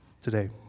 today